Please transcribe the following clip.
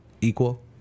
equal